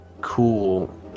cool